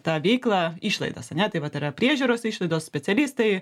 tą veiklą išlaidas ane tai vat yra priežiūros išlaidos specialistai